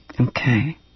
Okay